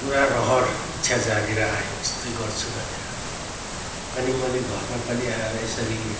पुरा रहर इच्छा जागेर आयो यस्तै गर्छु भनेर अनि मैले घरमा पनि आएर यसरी